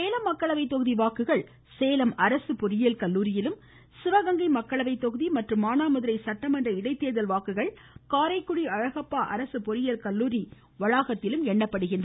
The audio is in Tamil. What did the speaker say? சேலம் மக்களவை தொகுதி வாக்குகள் பொறியியல் அரசு கல்லூரியிலும் சிவகங்கை மக்களவை தொகுதி மற்றும் மானாமதுரை சட்டமன்ற இடைத்தேர்தல் வாக்குகள் காரைக்குடி அழகப்பா அரசு பொறியியல் கல்லூரி வளாகத்திலும் எண்ணப்படுகின்றன